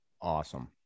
Awesome